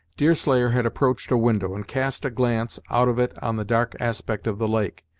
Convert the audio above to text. deerslayer had approached a window, and cast a glance out of it on the dark aspect of the lake.